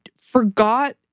forgot